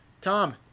Tom